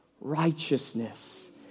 righteousness